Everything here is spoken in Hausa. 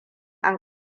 an